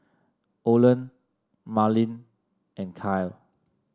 Olen Marlyn and Kyle